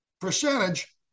percentage